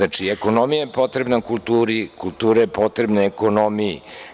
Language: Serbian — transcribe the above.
Ekonomija je potrebna kulturi, kultura je potrebna ekonomiji.